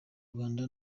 rwanda